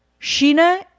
Sheena